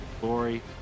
glory